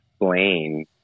explain